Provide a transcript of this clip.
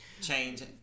Change